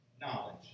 knowledge